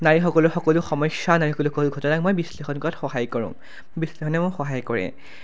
নাৰীসকলৰ সকলো সমস্যা নাৰীসকলৰ সকলো ঘটনা মই বিশ্লেষণ কৰাত সহায় কৰোঁ বিশ্লেষণে মোক সহায় কৰে